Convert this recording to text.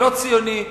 לא ציוני,